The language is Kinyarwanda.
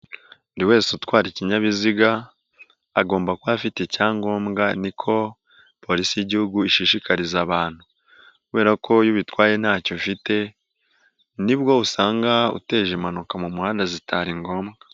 Buri wese utwara ikinyabiziga, agomba kuba afite icyangombwa niko Polisi y'Igihugu ishishikariza abantu kubera ko iyo bitwaye ntacyo ifite, nibwo usanga uteje impanuka mu muhanda zitari ngombwa.